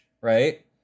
Right